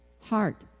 heart